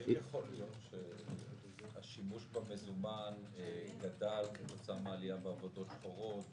האם יכול להיות שהשימוש במזומן גדל בעקבות העלייה בעבודות שחורות?